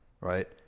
right